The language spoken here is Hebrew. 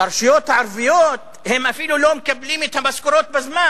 ברשויות הערביות הם אפילו לא מקבלים את המשכורות בזמן,